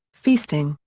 feasting,